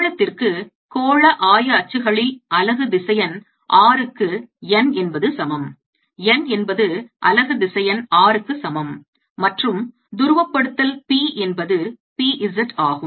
கோளத்திற்கு கோள ஆய அச்சுகளில் அலகு திசையன் r க்கு n என்பது சமம் n என்பது அலகு திசையன் r க்கு சமம் மற்றும் துருவப்படுத்தல் p என்பது p z ஆகும்